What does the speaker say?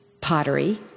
pottery